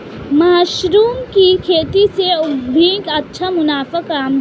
mushroom की खेती से उद्यमी अच्छा मुनाफा कमा रहे हैं